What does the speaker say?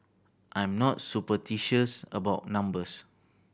I'm not superstitious about numbers